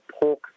Pork